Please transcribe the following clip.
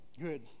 good